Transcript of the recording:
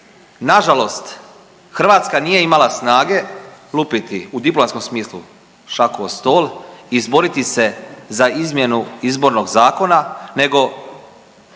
Nažalost, Hrvatska nije imala snage lupiti u diplomatskom smislu šaku o stol i izboriti se za izmjenu izbornog zakona nego